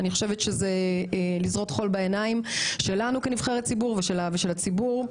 אני חושבת שזה לזרות חול בעיניים שלנו כנבחרי ציבור ושל הציבור.